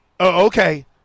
Okay